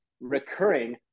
recurring